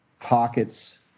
pockets